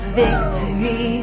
victory